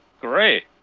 great